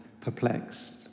perplexed